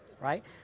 right